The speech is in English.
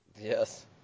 Yes